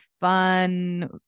fun